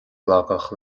glacadh